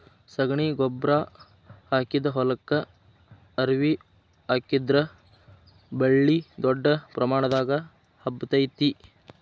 ಶಗಣಿ ಗೊಬ್ಬ್ರಾ ಹಾಕಿದ ಹೊಲಕ್ಕ ಅವ್ರಿ ಹಾಕಿದ್ರ ಬಳ್ಳಿ ದೊಡ್ಡ ಪ್ರಮಾಣದಾಗ ಹಬ್ಬತೈತಿ